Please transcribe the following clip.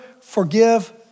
forgive